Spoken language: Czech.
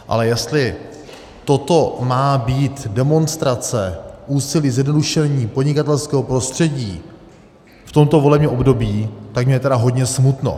Ale jestli toto má být demonstrace úsilí o zjednodušení podnikatelského prostředí v tomto volebním období, tak mně je tedy hodně smutno.